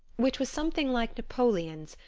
which was something like napoleon's,